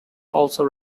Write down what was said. also